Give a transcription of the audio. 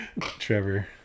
Trevor